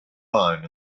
lying